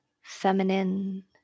feminine